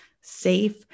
safe